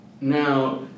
Now